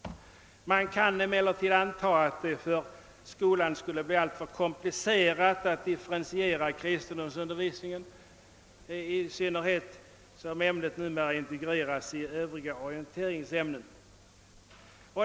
Man kan emellertid anta att det för skolan skulle bli alltför komplicerat att differentiera den ordinarie kristendomsundervisningen, i synnerhet som ämnet numera integrerats i övriga orienteringsämnen.